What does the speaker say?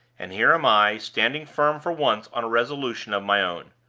and here am i, standing firm for once on a resolution of my own.